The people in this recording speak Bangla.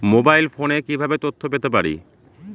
মোবাইল ফোনে কিভাবে তথ্য পেতে পারি?